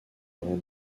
rend